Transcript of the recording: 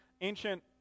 ancient